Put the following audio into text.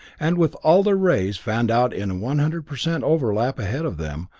and with all their rays fanned out in a one hundred percent overlap ahead of them,